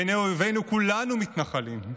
בעיני אויבינו כולנו מתנחלים,